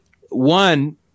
One